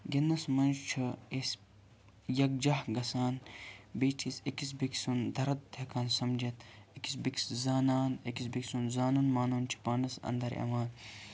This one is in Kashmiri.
گِنٛدٕنَس منٛز چھُ أسۍ یَکجاہ گژھان بیٚیہِ چھِ أسۍ أکِس بیٚیہِ کہِ سُنٛد دَرٕد ہیٚکان سَمجھتھ أکِس بیٚیہِ کِس زانان أکِس بیٚیہِ سُنٛد زانُن مانُن چھُ پانَس اَنٛدر یِوان